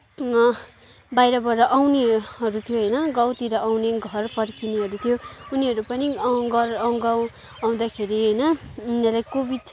बाहिरबाट आउनेहरू थियो होइन गाउँतिर आउने घर फर्किनेहरू थियो उनीहरू पनि घर गाउँ आउँदाखेरि होइन उनीहरूले कोभिड